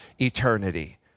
eternity